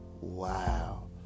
Wow